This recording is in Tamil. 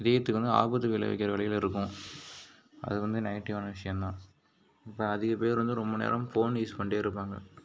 இதயத்துக்கு வந்து ஆபத்து விளைய வைக்கிற விளைவில் இருக்கும் அதுவந்து நெகட்டிவான விஷயம்தான் இப்போ அதிகம் பேர் வந்து ரொம்ப நேரம் ஃபோன் யூஸ் பண்ணிகிட்டே இருப்பாங்க